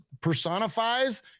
personifies